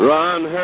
Ron